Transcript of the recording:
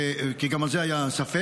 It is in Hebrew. כי גם בזה היה ספק.